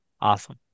Awesome